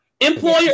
Employer